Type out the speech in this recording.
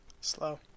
Slow